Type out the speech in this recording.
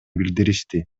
билдиришти